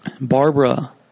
Barbara